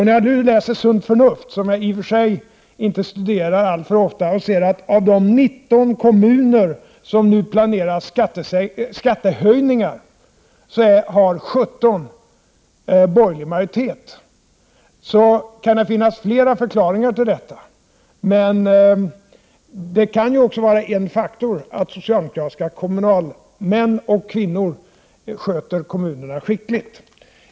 När jag läser Sunt Förnuft, som jag i och för sig inte studerar alltför ofta, ser jag att av de 19 kommuner som nu planerar skattehöjningar har 17 borgerlig majoritet. Det kan finnas flera förklaringar till detta. Men en faktor kan ju vara att socialdemokratiska kommunalmän och kvinnor sköter kommunerna skickligt.